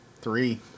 three